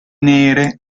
nere